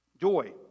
Joy